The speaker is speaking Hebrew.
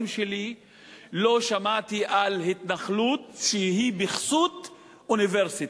שלי לא שמעתי על התנחלות שהיא בכסות אוניברסיטה,